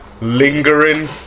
lingering